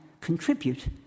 contribute